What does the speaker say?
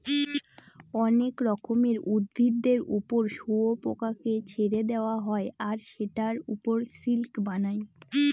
অনেক রকমের উদ্ভিদের ওপর শুয়োপোকাকে ছেড়ে দেওয়া হয় আর সেটার ওপর সিল্ক বানায়